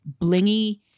blingy